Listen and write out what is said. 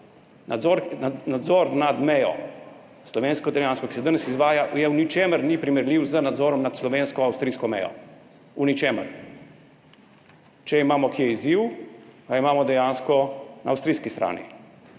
Nadzor nad slovensko-italijansko mejo, ki se danes izvaja, v ničemer ni primerljiv z nadzorom nad slovensko-avstrijsko mejo, v ničemer. Če imamo kje izziv, ga imamo dejansko na avstrijski strani,